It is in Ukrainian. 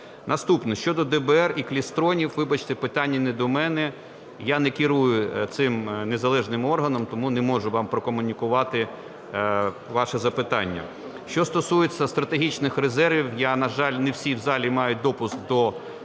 Наступне. Щодо ДБР і клістронів, вибачте, питання не до мене. Я не керую цим незалежним органом, тому не можу вам прокомунікувати ваше запитання. Що стосується стратегічних резервів. На жаль, не всі в залі мають допуск до таємної